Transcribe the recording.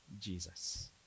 Jesus